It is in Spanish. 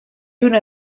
una